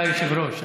אתה יושב-ראש הצוות.